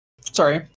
Sorry